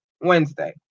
Wednesday